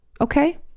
okay